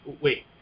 Wait